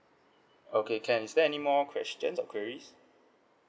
okay can is there any more questions or queries